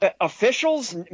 Officials